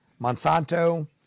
Monsanto